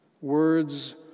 Words